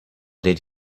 did